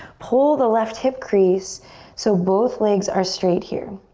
pull the left hip crease so both legs are straight here.